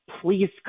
Please